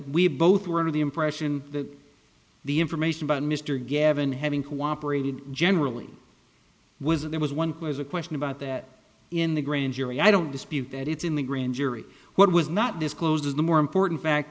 we both were under the impression that the information about mr gavin having cooperated generally was there was one was a question about that in the grand jury i don't dispute that it's in the grand jury what was not disclosed was the more important fact